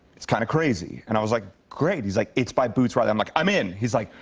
it's kind of crazy. and i was like, great. he's like, it's by boots riley. i'm like, i'm in. he's like,